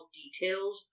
details